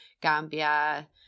Gambia